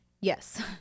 yes